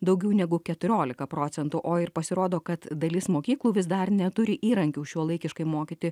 daugiau negu keturiolika procentų o ir pasirodo kad dalis mokyklų vis dar neturi įrankių šiuolaikiškai mokyti